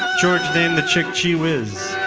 ah george named the chick gee whiz.